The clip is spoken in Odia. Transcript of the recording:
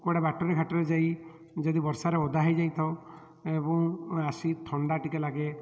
କୁଆଡ଼େ ବାଟରେଘାଟରେ ଯାଇ ଯଦି ବର୍ଷାରେ ଓଦା ହୋଇଯାଇଥାଉ ଏବଂ ଆସିକି ଥଣ୍ଡା ଟିକେ ଲାଗେ